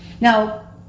Now